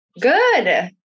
Good